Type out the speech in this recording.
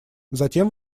затем